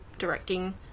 directing